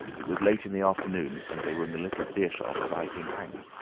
it was late in the afternoon, and they were in the little beer-shop of iping hanger.